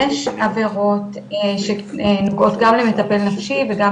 יש עבירות שנוגעות גם למטפל נפשי וגם